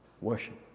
worship